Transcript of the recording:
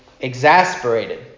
exasperated